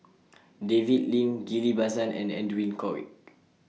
David Lim Ghillie BaSan and Edwin Koek